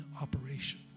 operation